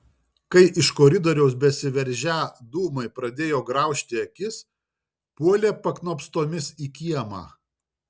kai iš koridoriaus besiveržią dūmai pradėjo graužti akis puolė paknopstomis į kiemą